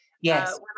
Yes